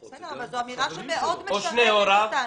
בסדר, אבל זו אמירה שמאוד משרתת אותנו.